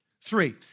Three